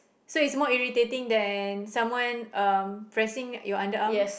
so is more irritating than someone um pressing your underarms